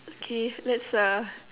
okay let's uh